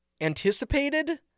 anticipated